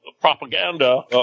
propaganda